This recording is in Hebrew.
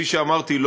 כפי שאמרתי,